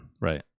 Right